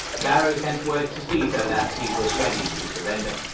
varro sent word to caesar that he was ready to surrender.